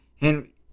Henry